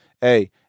Hey